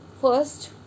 First